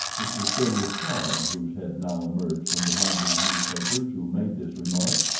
it was phileas fogg, whose head now emerged from behind his newspapers, who made this remark.